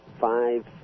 five